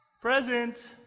present